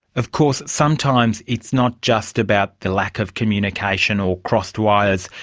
of course sometimes it's not just about the lack of communication or crossed wires.